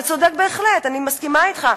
אתה צודק בהחלט, אני מסכימה אתך.